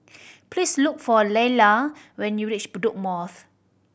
please look for Laila when you reach Bedok North